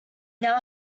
now